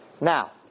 Now